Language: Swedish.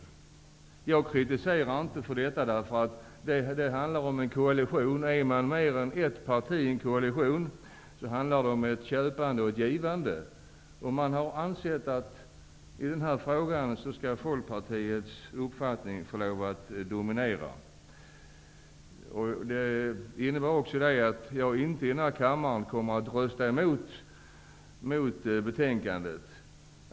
Jag kritiserar inte detta, därför att regeringen är en koalition. Om det är mer än ett parti i en regering handlar det om ett givande och tagande. Man har ansett att Folkpartiets uppfattning skall få dominera i den här frågan. Jag kommer inte att i denna kammare rösta mot utskottets hemställan.